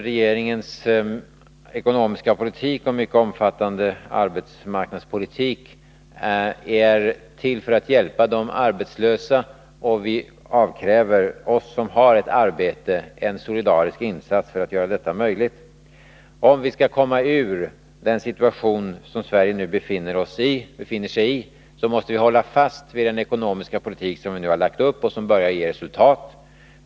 Regeringens ekonomiska politik och mycket omfattande arbetsmarknadspolitik är till för att hjälpa de arbetslösa. Och vi avkräver oss som har ett arbete en solidarisk insats för att göra detta möjligt. Om vi skall komma ur den situation som Sverige nu befinner sig i, måste vi hålla fast vid den ekonomiska politik som vi har dragit upp riktlinjerna för och som börjar ge resultat.